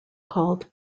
called